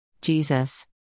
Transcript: Jesus